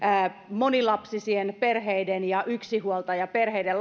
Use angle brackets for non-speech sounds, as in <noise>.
monilapsisten perheiden ja yksinhuoltajaperheiden <unintelligible>